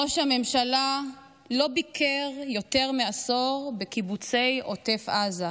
ראש הממשלה לא ביקר יותר מעשור בקיבוצי עוטף עזה,